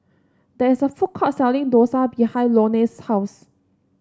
there is a food court selling Dosa behind Loney's house